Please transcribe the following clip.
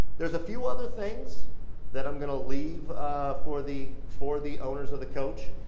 there's a few other things that i'm gonna leave for the, for the owners of the coach